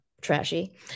trashy